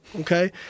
okay